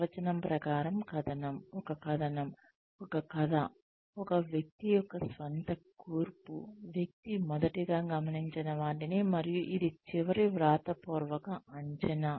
నిర్వచనం ప్రకారం కథనం ఒక కథనం ఒక కథ ఒక వ్యక్తి యొక్క స్వంత కూర్పు వ్యక్తి మొదటగా గమనించిన వాటినీ మరియు ఇది చివరి వ్రాతపూర్వక అంచనా